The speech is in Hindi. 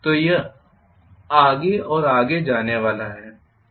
तो यह आगे और आगे जाने वाला है